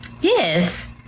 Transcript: Yes